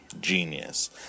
genius